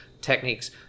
techniques